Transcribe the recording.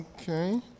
okay